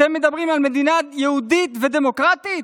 אתם מדברים על מדינה יהודית ודמוקרטית?